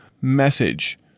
message